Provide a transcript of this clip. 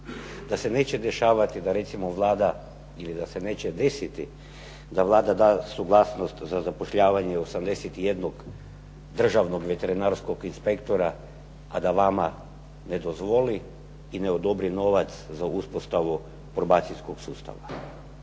Da se neće dešavati da recimo Vlada ili da se neće desiti da Vlada da suglasnost za zapošljavanje 81 državnog veterinarskog inspektora, a da vama ne dozvoli i ne odobri novac za uspostavu probacijskog sustava.